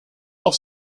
auch